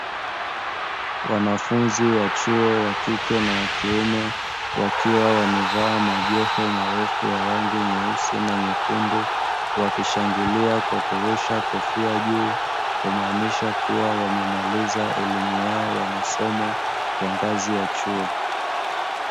Wanafunzi wa chuo wa kike na wa kiume, wakiwa wamevaa majoho marefu ya rangi nyeusi na nyekundu. wakishangilia kwa kurusha kofia juu, kumaanisha kuwa wamemaliza elimu yao ya masomo, kwa ngazi ya chuo.